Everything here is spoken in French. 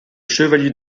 chevalier